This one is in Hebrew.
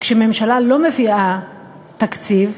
כשממשלה לא מביאה תקציב,